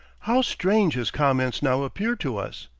how strange his comments now appear to us!